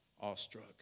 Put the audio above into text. awestruck